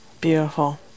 beautiful